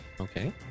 okay